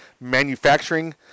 manufacturing